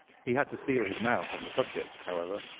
he had to seal his mouth on the subject, however,